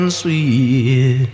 sweet